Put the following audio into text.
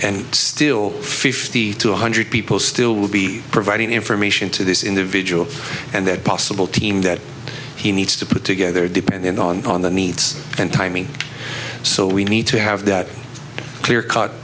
and still fifty to one hundred people still will be providing information to this individual and that possible team that he needs to put together depending on the needs and timing so we need to have that clear cut